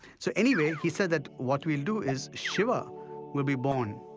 so anyway, he said what we'll do is, shiva will be born